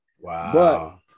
Wow